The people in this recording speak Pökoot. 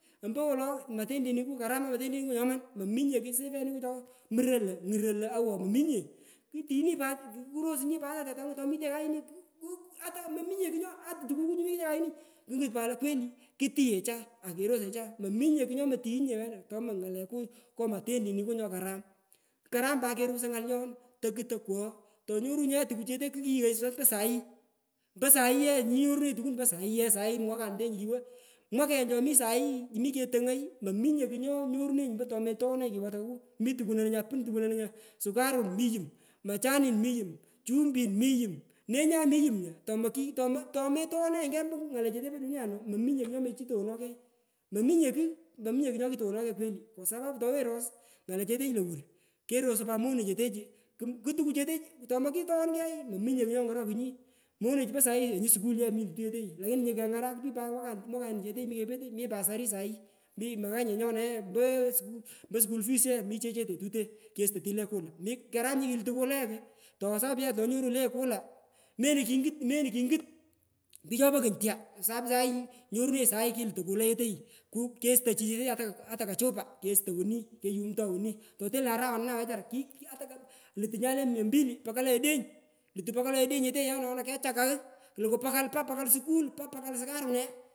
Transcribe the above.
Ompowolo motendenika karamach nyoman mominye sitiukucho muroy lo nguroi lo awo mominye mi tini pat kurosunyi pat ata tetangu tomitenyi kayini. Ku atamominye kugu ata tetangu kungut pat lo kweli ketighecha akerose cha mominye kagh nyomotighunyinye wena tomo ngaleku ngo matendeniku nyokaram, karam pat kungusoy ngala cho tokutokoghi tonyorunyi ye tukuchete kumi ke rotoi sahi mpo sahu ye nyorunenyi tukun mpo sahi, sahi mwakanu kiwo mwaken chomi sahi chumi ketongoi mominye kugh nyonyorunenyi tometopenenyi chi katangu mi tukan ona nya pun tukun ononya sukarun mi yum majanin mi yum chumbin mi yumnenya mi yum nya tomoki tomateghananyi kegh mpo ngale chete po dunia nu mominye kugh nyomo kitoghonoy kugh mominye kugh mominye kugh nyomokitoghokey kwa sapu towenyi ros ngalechetechu lowur kesproi pat mone chetechu kumu kutukuchete tomokitoghan key mominye nyongorokunyi monachu po sukul ye milutai yeteyi lakini kikigaresh pich mwakenichetechi po saii pasari part aai manganye nyona ye mpo sukul pees ye mi chechete tute kesutoi oni le kula mi karam nyini kilutu kula ye lo to kwa sapapu ye tonyorunyi le kula melo kingut melo kingut pich chopokony ya kwa sapu sahi kilutu kula yeteyi ku kesutoi chechetechu ata ko chupa kesutoi woni iyumto woni toteno araawanuna wechara lutu nyule mia mkili pakalai odeny ilutu pakalai odeny odeny yee ona kechakai kuku pakali suku pa pakal sukarune.